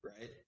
right